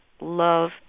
love